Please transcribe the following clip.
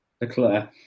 Leclerc